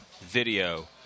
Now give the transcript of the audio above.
video